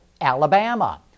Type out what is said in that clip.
Alabama